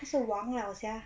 他是王了 sia